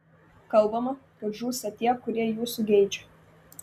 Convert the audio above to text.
kalbama kad žūsta tie kurie jūsų geidžia